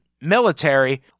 military